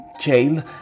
Jail